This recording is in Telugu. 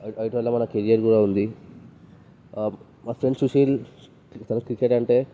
అయిట వల్ల మన కెరీర్ కూడా ఉంది మా ఫ్రెండ్ సుశీల్ తనకు క్రికెట్ అంటే